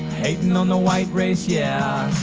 hating on the white race, yeah.